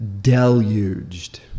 deluged